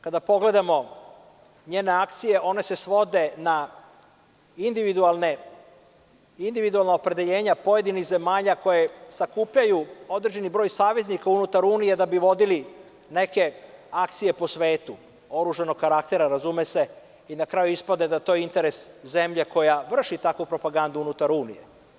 Kada pogledamo njene akcije, one se svode na individualna opredeljenja pojedinih zemalja koje sakupljaju određeni broj saveznika unutar Unije da bi vodili neke akcije po svetu, oružanog karaktera, razume se, i na kraju ispada da je to interes zemlje koja vrši takvu propagandu unutar Unije.